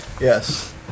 Yes